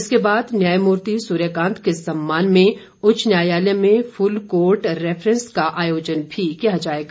इसके बाद न्यायमूर्ति सूर्यकांत के सम्मान में उच्च न्यायालय में फुल कोर्ट रैफरेंस का आयोजन भी किया जाएगा